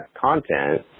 content